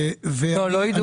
רק להבהיר